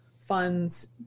funds